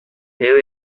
who